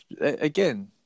Again